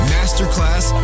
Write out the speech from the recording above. Masterclass